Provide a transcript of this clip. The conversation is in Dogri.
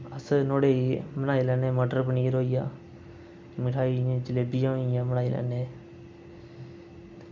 ते अस नुहाड़े न्हाई लैन्ने मतलब की नीर होइया जियां मठाई जलेबियां होइयां नुहाड़े कन्नै